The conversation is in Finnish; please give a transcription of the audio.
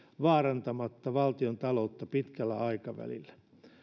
vaarantamatta valtion taloutta pitkällä aikavälillä